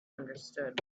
understood